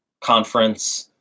conference